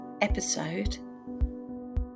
episode